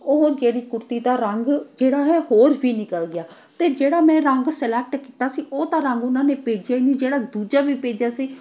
ਉਹ ਜਿਹੜੀ ਕੁੜਤੀ ਦਾ ਰੰਗ ਜਿਹੜਾ ਹੈ ਹੋਰ ਵੀ ਨਿਕਲ ਗਿਆ ਅਤੇ ਜਿਹੜਾ ਮੈਂ ਰੰਗ ਸਲੈਕਟ ਕੀਤਾ ਸੀ ਉਹ ਤਾਂ ਰੰਗ ਉਹਨਾਂ ਨੇ ਭੇਜਿਆ ਹੀ ਨਹੀਂ ਜਿਹੜਾ ਦੂਜਾ ਵੀ ਭੇਜਿਆ ਸੀ